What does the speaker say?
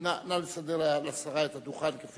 נא לסדר לשרה את הדוכן.